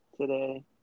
today